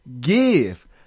give